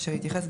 אשר יתייחס,